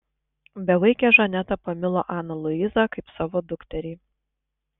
bevaikė žaneta pamilo aną luizą kaip savo dukterį